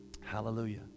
Hallelujah